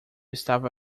estava